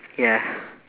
ya